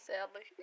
Sadly